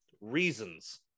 reasons